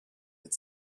had